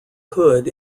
hood